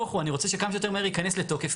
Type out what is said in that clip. נהפוך הוא, אני רוצה שכמה שיותר מהר ייכנס לתוקף.